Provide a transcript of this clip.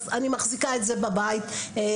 אז אני מחזיקה את זה בבית לצרכים,